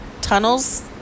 tunnels